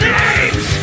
names